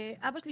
אבא שלי,